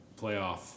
playoff